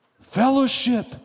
Fellowship